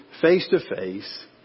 face-to-face